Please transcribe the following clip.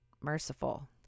merciful